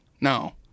No